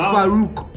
Farouk